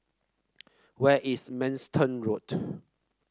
where is Manston Road